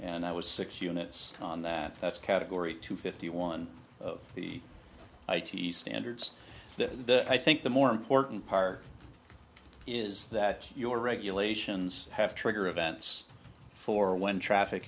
and i was six units on that that's category to fifty one of the standards that i think the more important part is that your regulations have trigger events for when traffic